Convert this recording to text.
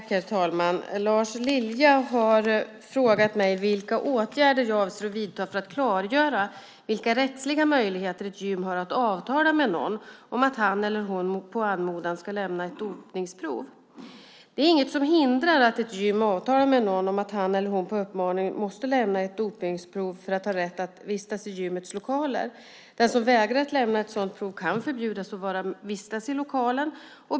Herr talman! Lars Lilja har frågat mig vilka åtgärder jag avser att vidta för att klargöra vilka rättsliga möjligheter ett gym har att avtala med någon om att han eller hon på anmodan ska lämna ett dopningsprov. Det är inget som hindrar att ett gym avtalar med någon om att han eller hon på uppmaning måste lämna ett dopningsprov för att ha rätt att vistas i gymmets lokaler. Den som vägrar att lämna ett sådant prov kan förbjudas att vistas i lokalen.